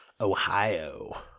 Ohio